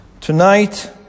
Tonight